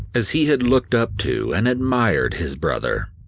as he had looked up to and admired his brother.